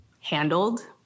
handled